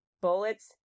bullets